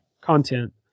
content